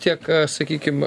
tiek sakykim